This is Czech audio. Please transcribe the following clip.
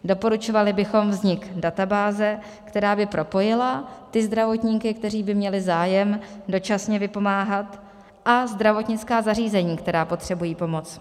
Doporučovali bychom vznik databáze, která by propojila ty zdravotníky, kteří by měli zájem dočasně vypomáhat, a zdravotnická zařízení, která potřebují pomoc.